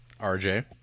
RJ